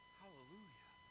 hallelujah